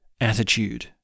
attitude